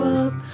up